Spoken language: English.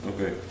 Okay